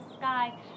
sky